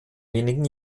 wenigen